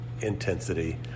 intensity